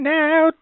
now